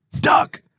Duck